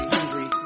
Hungry